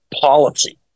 policy